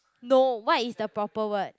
no what is the proper word